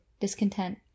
Discontent